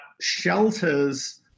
shelters